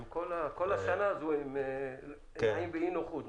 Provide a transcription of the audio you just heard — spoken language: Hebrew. כל השנה הזו הם נעים באי נוחות.